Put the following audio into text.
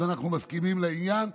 אז אנחנו מסכימים לעניין,